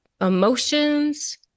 emotions